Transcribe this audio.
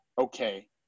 okay